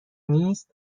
نیست